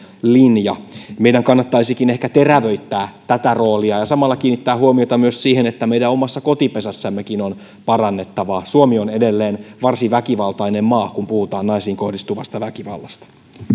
linja meidän kannattaisikin ehkä terävöittää tätä roolia ja samalla kiinnittää huomiota myös siihen että meidän omassa kotipesässämmekin on parannettavaa suomi on edelleen varsin väkivaltainen maa kun puhutaan naisiin kohdistuvasta väkivallasta